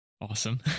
Awesome